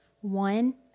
One